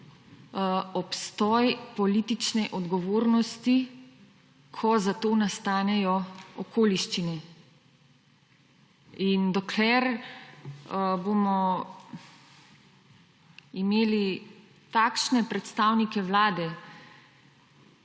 obstoj politične odgovornosti, ko za to nastanejo okoliščine. In dokler bomo imeli takšne predstavnike vlade,